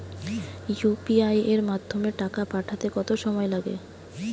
UPI এর মাধ্যমে টাকা পাঠাতে কত সময় লাগে?